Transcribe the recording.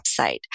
website